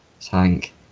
tank